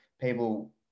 people